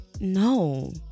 no